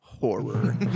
horror